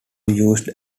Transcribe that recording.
used